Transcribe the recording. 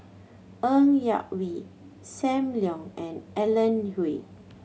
Ng Yak Whee Sam Leong and Alan Oei